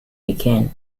again